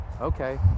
Okay